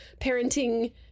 parenting